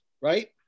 right